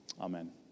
Amen